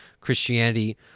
Christianity